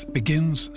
begins